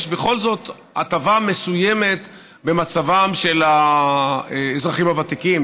יש בכל זאת הטבה מסוימת במצבם של האזרחים הוותיקים,